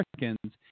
Americans